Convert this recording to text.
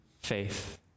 faith